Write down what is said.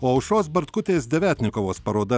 o aušros bartkutės devetnikovos paroda